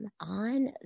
on